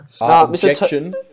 Objection